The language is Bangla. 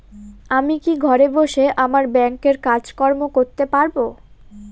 আমি কি ঘরে বসে আমার ব্যাংকের কাজকর্ম করতে পারব?